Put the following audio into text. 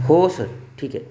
हो सर ठीक आहे